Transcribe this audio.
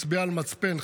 הצביעה על מצפן,